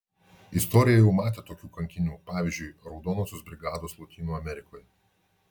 istorija jau matė tokių kankinių pavyzdžiui raudonosios brigados lotynų amerikoje